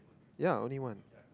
yeah only one